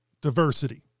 diversity